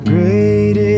Great